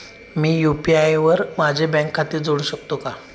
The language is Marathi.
मी यु.पी.आय वर माझे बँक खाते जोडू शकतो का?